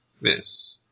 Miss